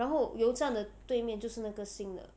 然后油站的对面就是那个新的